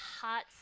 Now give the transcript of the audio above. hot